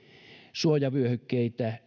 suojavyöhykkeitä